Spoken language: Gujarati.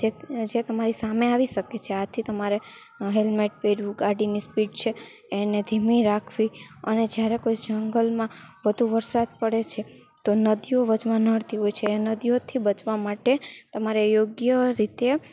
જે તમારી સામે આવી શકે છે આથી તમારે હેલ્મેટ પહેરવું ગાડીની સ્પીડ છે એને ધીમી રાખવી અને જ્યારે કોઈ જંગલમાં વધુ વરસાદ પડે છે તો નદીઓ વચમાં નડતી હોય છે એ નદીઓથી બચવા માટે તમારે યોગ્ય રીતે